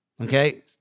Okay